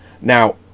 Now